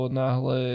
náhle